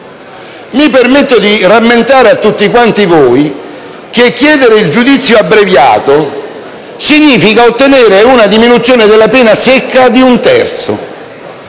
Mi permetto di rammentare a tutti quanti voi che chiedere il giudizio abbreviato significa ottenere una diminuzione della pena secca di un terzo.